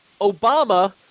Obama